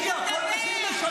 מה עשיתם?